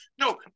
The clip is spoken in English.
No